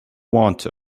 want